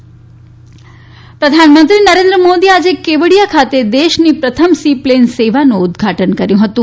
પ્રધાનમંત્રી રીવરફન્ટ પ્રધાનમંત્રી નરેન્દ્ર મોદીએ આજે કેવડીયા ખાતે દેશની પ્રથમ સી પ્લેન સેવાનું ઉદ્દઘાટન કર્યું હતું